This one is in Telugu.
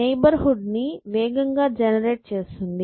నైబర్ హుడ్ ని వేగంగా జెనెరేట్ చేస్తుంది